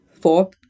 four